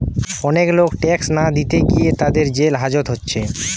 অনেক লোক ট্যাক্স না দিতে গিয়ে তাদের জেল হাজত হচ্ছে